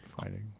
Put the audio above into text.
Fighting